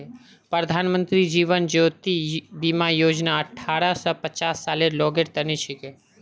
प्रधानमंत्री जीवन ज्योति बीमा योजना अठ्ठारह स पचास सालेर लोगेर तने छिके